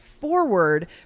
forward